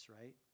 right